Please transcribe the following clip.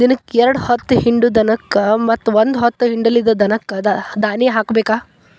ದಿನಕ್ಕ ಎರ್ಡ್ ಹೊತ್ತ ಹಿಂಡು ದನಕ್ಕ ಮತ್ತ ಒಂದ ಹೊತ್ತ ಹಿಂಡಲಿದ ದನಕ್ಕ ದಾನಿ ಹಾಕಬೇಕ